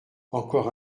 encore